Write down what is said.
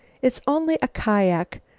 it's only a kiak.